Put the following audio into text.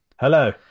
Hello